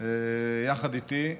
יחד איתי.